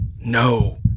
No